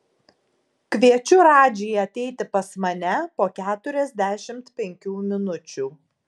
kviečiu radžį ateiti pas mane po keturiasdešimt penkių minučių